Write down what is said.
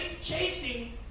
chasing